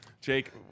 Jake